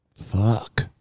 Fuck